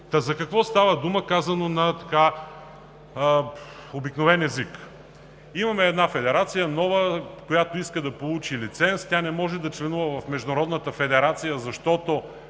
За какво става дума, казано на обикновен език? Имаме нова федерация, която иска да получи лиценз. Тя не може да членува в Международната федерация, защото